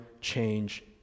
change